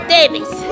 Davis